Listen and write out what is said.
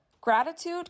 Gratitude